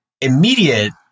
immediate